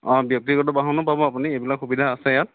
অ ব্যক্তিগত বাহনো পাব আপুনি এইবিলাক সুবিধা আছে ইয়াত